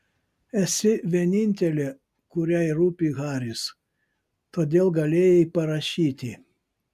esi vienintelė kuriai rūpi haris todėl galėjai parašyti